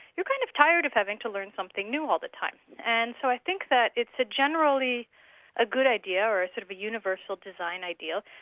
you're kind of tired of having to learn something new all the time. and so i think that it's a generally a good idea or a sort of universal design ideal,